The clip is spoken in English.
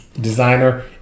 designer